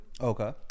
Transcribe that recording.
Okay